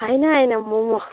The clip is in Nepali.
होइन होइन मोमो